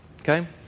Okay